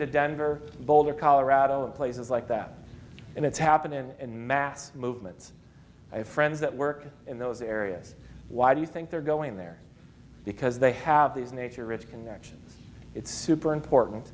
to denver boulder colorado and places like that and it's happening and mass movements i have friends that work in those areas why do you think they're going there because they have these nature risk connection it's super important